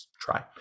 try